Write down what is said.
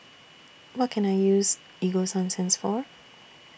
What Can I use Ego Sunsense For